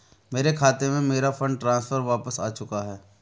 मेरे खाते में, मेरा फंड ट्रांसफर वापस आ चुका है